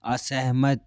असेहमत